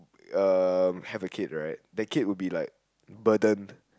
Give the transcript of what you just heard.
um have a kid right the kid would be like burden